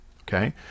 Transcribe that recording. okay